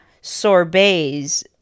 sorbets